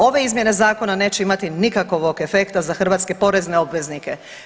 Ove izmjene zakona neće imati nikakvog efekta za hrvatske porezne obveznike.